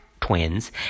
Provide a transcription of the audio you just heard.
twins